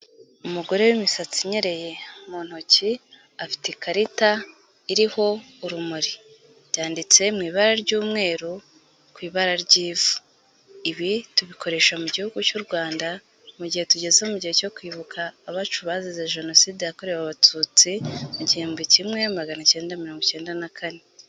Umugore w'imisatsi inyereye, mu ntoki afite ikarita iriho urumuri. Byanditse mu ibara ry'umweru ku ibara ry'ivu. Ibi tubikoresha mu gihugu cy'u Rwanda mu gihe tugeze mu gihe cyo kwibuka abacu bazize jenoside yakorewe abatutsi mu gihumbi kimwe magana akenda mirongo ikenda na kane.